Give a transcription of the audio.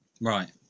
Right